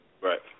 Right